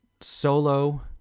solo